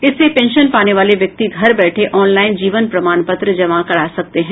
इससे पेंशन पाने वाले व्यक्ति घर बैठे ऑनलाइन जीवन प्रमाण पत्र जमा करा सकते हैं